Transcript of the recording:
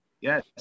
yes